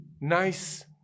nice